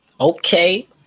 Okay